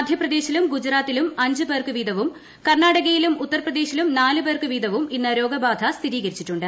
മധ്യപ്രദേശിലും ഗുജറാത്തിലും അഞ്ചുപേർക്ക് വീതവും കർണ്ണാടകയിലും ഉത്തർപ്രദേശിലും നാല് പേർക്ക് വീതവും ഇന്ന് രോഗബാധ സ്ഥിരീകരിച്ചിട്ടുണ്ട്